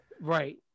Right